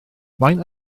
faint